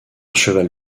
cheval